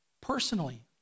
personally